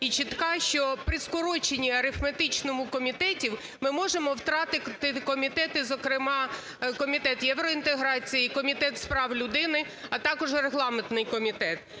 і чітка, що при скороченні арифметичному комітетів, ми можемо втратити комітети, зокрема, Комітет євроінтеграції, Комітет з прав людини, а також регламентний комітет.